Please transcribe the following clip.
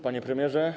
Panie Premierze!